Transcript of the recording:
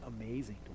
amazing